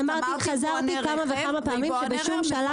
אמרתי וחזרתי כמה וכמה פעמים שבשום שלב